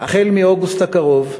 החל באוגוסט הקרוב,